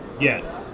Yes